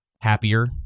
happier